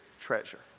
treasure